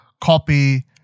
copy